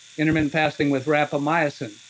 intermittent fasting with rapamycin.